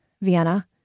Vienna